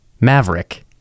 Maverick